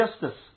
justice